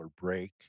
break